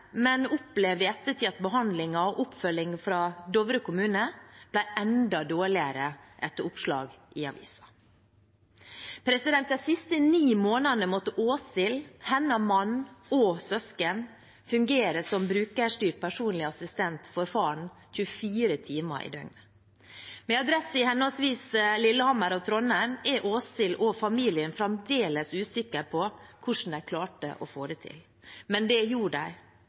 men opplevde i ettertid at behandlingen og oppfølgingen fra Dovre kommune ble enda dårligere etter oppslag i avisen. De siste ni månedene måtte Åshild, hennes mann og hennes søsken fungere som brukerstyrt personlig assistent for faren 24 timer i døgnet. Med adresse i henholdsvis Lillehammer og Trondheim er Åshild og familien fremdeles usikre på hvordan de klarte å få det til, men det gjorde